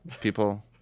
people